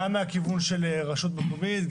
גם מהכיוון של רשות מקומית.